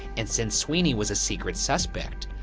and since sweeney was a secret suspect,